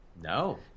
No